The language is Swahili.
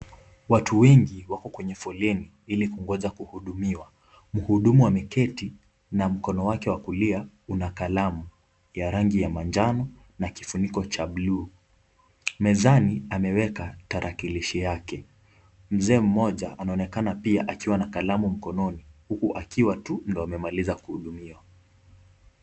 Watu wengi wako kwenye foleni ili kungoja kuhudumiwa. Mhudumu ameketi na mkono wake wa kulia una kalamu ya rangi ya manjano na kifuniko cha bluu. Mezani ameweka tarakilishi yake. Mzee moja anaonekana pia akiwa na kalamu mkononi huku akiwa tu ndio amemaliza kuhudumiwa.